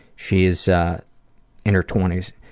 she's in her twenty s.